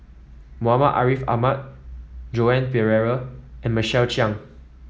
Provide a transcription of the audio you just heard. Muhammad Ariff Ahmad Joan Pereira and Michael Chiang